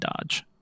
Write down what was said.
dodge